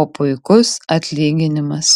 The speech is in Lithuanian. o puikus atlyginimas